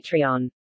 Patreon